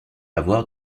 avoir